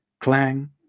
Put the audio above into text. Clang